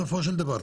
בסופו של דבר,